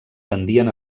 tendien